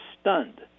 stunned